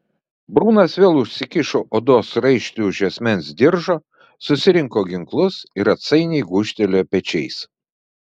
brunas vėl užsikišo odos raištį už juosmens diržo susirinko ginklus ir atsainiai gūžtelėjo pečiais